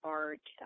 art